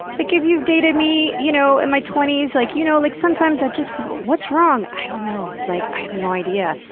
like you've you've dated me you know in my twenty s, like you know like, sometimes i just what's wrong? i don't know. like, i have no idea.